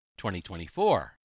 2024